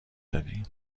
دادی